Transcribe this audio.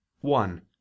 One